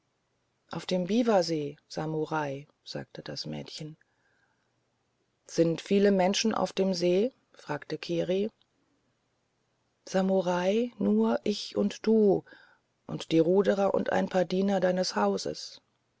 auf dem biwasee samurai sagte das mädchen sind viele menschen auf dem see fragte kiri samurai nur ich und du und die ruderer und ein paar diener deines hauses